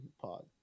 Pod